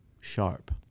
sharp